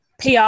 PR